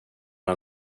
han